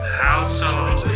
house so